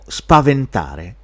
spaventare